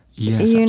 yes,